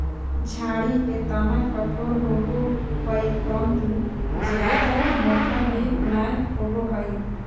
झाड़ी के तना कठोर होबो हइ परंतु जयादा मोटा भी नैय होबो हइ